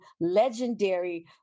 legendary